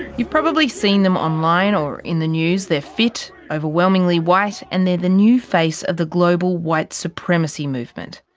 you've probably seen them online or in the news they're fit, overwhelmingly white and they're the new face of the global white supremacy movement.